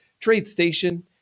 TradeStation